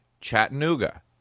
Chattanooga